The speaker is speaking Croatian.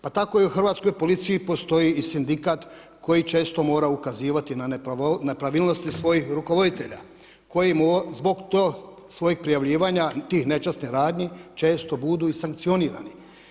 Pa tako i u hrvatskoj policiji postoji i sindikat koji često mora ukazivati na nepravilnosti svojih rukovoditelja koji zbog tog svog prijavljivanja tih nečasnih radnji često budu i sankcionirani.